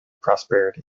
prosperity